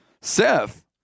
Seth